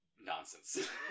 nonsense